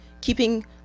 keeping